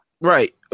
right